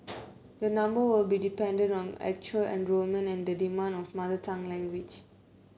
the number will be dependent on actual enrolment and the demand for mother tongue language